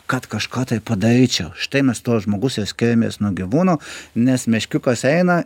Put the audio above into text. kad kažką tai padaryčiau štai mes tuo žmogus ir skiriamės nuo gyvūno nes meškiukas eina